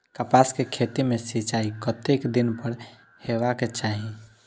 कपास के खेती में सिंचाई कतेक दिन पर हेबाक चाही?